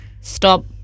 stop